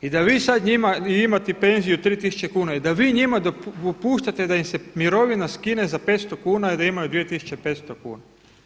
I da vi sada njima, i imati penziju 3000 kuna, i da vi njima dopuštate da im se mirovina skine za 500 kuna i da imaju 2500 kuna.